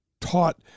taught